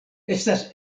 estas